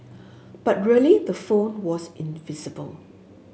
but really the phone was invisible